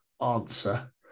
answer